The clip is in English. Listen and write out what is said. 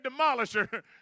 demolisher